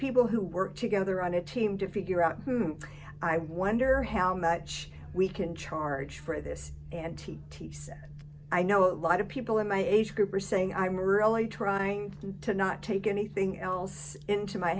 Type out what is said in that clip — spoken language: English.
people who work together on a team to figure out i wonder how much we can charge for this and t t said i know a lot of people in my age group are saying i'm really trying to not take anything else into my